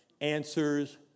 answers